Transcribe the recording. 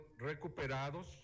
recuperados